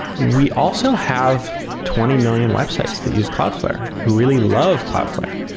we also have twenty million websites that use cloudflare who really love cloudflare.